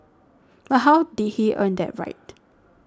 but how did he earn that right